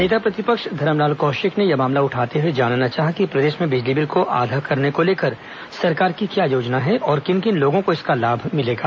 नेता प्रतिपक्ष धरमलाल कौशिक ने यह मामला उठाते हुए जानना चाहा कि प्रदेश में बिजली बिल को आधा करने को लेकर सरकार की क्या योजना है और किन किन लोगों को इसका लाभ मिलेगा